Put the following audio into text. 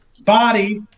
body